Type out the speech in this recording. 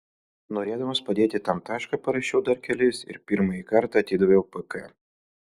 norėdamas padėti tam tašką parašiau dar kelis ir pirmąjį kartą atidaviau pk